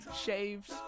shaved